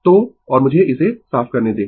तो और मुझे इसे साफ करने दें